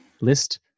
list